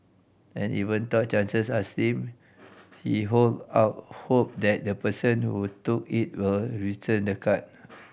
and even though chances are slim he hold out hope that the person who took it will return the card